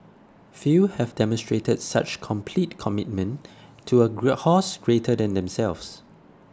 few have demonstrated such complete commitment to a great house greater than themselves